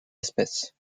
espèces